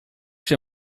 się